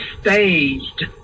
staged